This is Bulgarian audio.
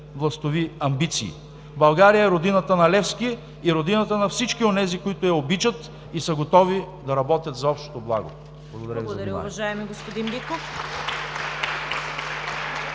властови амбиции. България е Родината на Левски и Родината на всички онези, които я обичат и са готови да работят за общото благо! Благодаря Ви за вниманието.